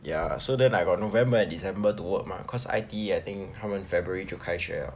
ya so then I got november and december to work mah cause I_T_E I think 他们 february 就开学 liao